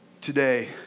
today